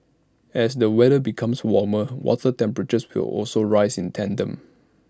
as the weather becomes warmer water temperatures will also rise in tandem